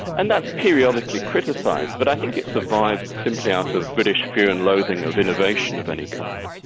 and that's periodically criticised, but i think it survives simply out of british fear and loathing of innovation of any kind.